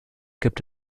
gibt